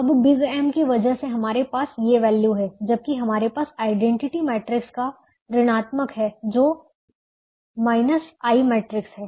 अब big M की वजह से हमारे पास ये वैल्यू है जबकि हमारे पास आईडेंटिटी मैट्रिक्स का ऋणात्मक है जो I मैट्रिक्स है